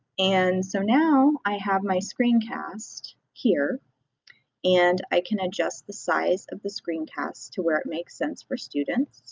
and so now i have my screencast here and i can adjust the size of the screencast to where it makes sense for students.